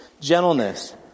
gentleness